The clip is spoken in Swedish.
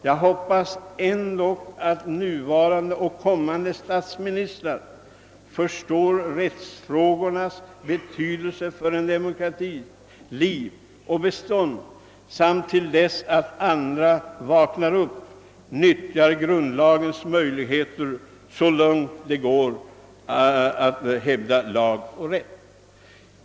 Jag hoppas ändå att nuvarande och kommande statsministrar förstår rättsfrågornas betydelse för en demokratis liv och bestånd samt till dess andra vaknar upp nyttjar grundlagens möjligheter så långt möjligt för att hävda lag och rätt.